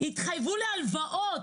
התחייבו להלוואות.